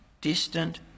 distant